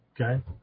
Okay